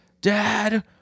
Dad